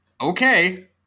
Okay